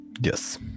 Yes